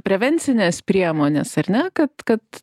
prevencinės priemonės ar ne kad kad